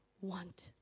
want